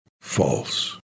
False